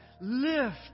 Lift